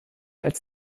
als